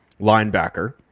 linebacker